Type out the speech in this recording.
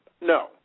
no